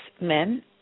men